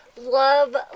love